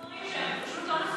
אם זה דברים שהם פשוט לא נכונים,